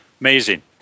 Amazing